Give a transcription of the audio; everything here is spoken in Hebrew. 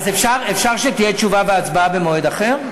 אז אפשר שתהיה תשובה והצבעה במועד אחר?